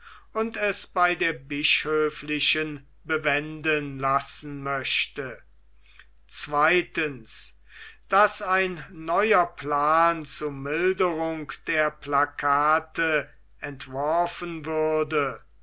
und es bei der bischöflichen bewenden lassen möchte zweitens daß ein neuer plan zu milderung der plakate entworfen würde